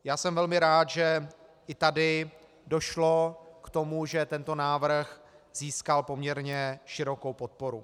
Já jsem velmi rád, že i tady došlo k tomu, že tento návrh získal poměrně širokou podporu.